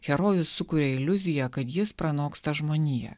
herojus sukuria iliuziją kad jis pranoksta žmoniją